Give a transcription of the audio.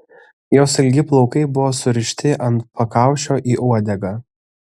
jos ilgi plaukai buvo surišti ant pakaušio į uodegą